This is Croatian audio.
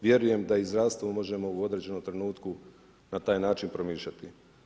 Vjerujem da i zdravstvo možemo u određenom trenutku na taj način promišljati.